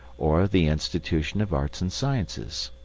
or the institution of arts and sciences.